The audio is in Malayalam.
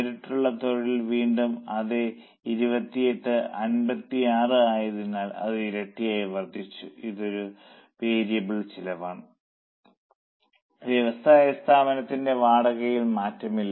നേരിട്ടുള്ള തൊഴിൽ വീണ്ടും അതേ 28 56 ആയതിനാൽ അത് ഇരട്ടിയായി വർധിച്ചു ഇത് ഒരു വേരിയബിൾ ചെലവാണ് വ്യവസായ സ്ഥാപനത്തിന്റെ വാടകയിൽ മാറ്റമില്ല